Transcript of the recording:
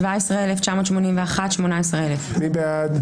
17,621 עד 17,640. מי בעד?